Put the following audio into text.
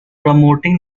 promoting